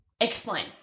Explain